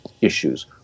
issues